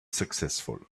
successful